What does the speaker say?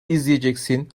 izleyeceksin